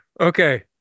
Okay